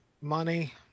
money